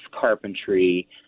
carpentry